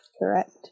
Correct